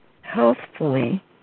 healthfully